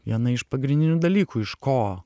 viena iš pagrindinių dalykų iš ko